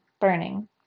burning